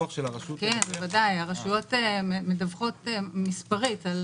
ההוצאות שהשוטפות של